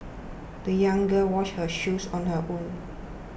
the young girl washed her shoes on her own